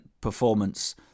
performance